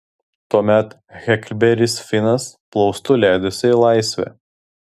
tuomet heklberis finas plaustu leidosi į laisvę